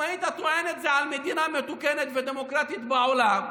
אם היית טוען את זה על מדינה מתוקנת ודמוקרטית בעולם,